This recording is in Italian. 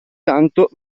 tanto